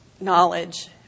knowledge